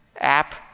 app